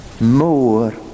more